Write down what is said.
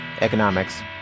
Economics